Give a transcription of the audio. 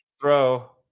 Bro